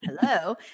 Hello